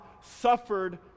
suffered